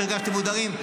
שהרגשתם מודרים.